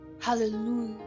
Hallelujah